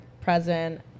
present